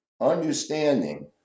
understanding